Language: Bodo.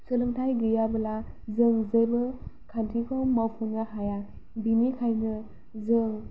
सोलोंथाय गैयाब्ला जों जेबो खान्थिखौ मावफुंनो हाया बिनिखायनो जों